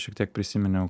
šiek tiek prisiminiau